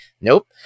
nope